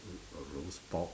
roast pork